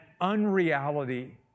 unreality